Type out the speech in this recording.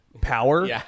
Power